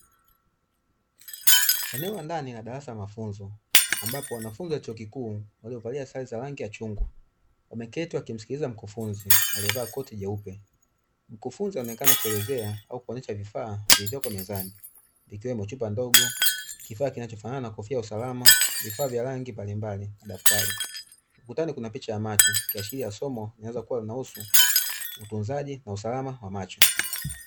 Eneo la ndani la darasa la mafunzo ambapo wanafunzi wa chuo kikuu waliovalia sare za rangi ya chungwa wameketi wakimsikiliza mkufunzi aliyevaa koti jeupe. Mkufunzi anaonekana kuelezea au kuonyesha vifaa vilivyoko mezani ikiwemo chupa ndogo, kifaa kinachofanana na kofia ya usalama, vifaa vya rangi mbalimbali, daftari. Ukutani kuna picha ya macho ikiashiria somo linaloweza kuwa linahusu utunzaji na usalama wa macho.